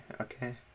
Okay